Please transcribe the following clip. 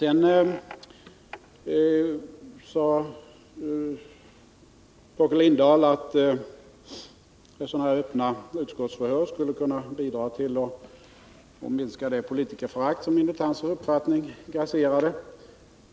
Torkel Lindahl sade också att öppna utskottsförhör skulle kunna bidra till att minska det politikerförakt som enligt hans uppfattning grasserade.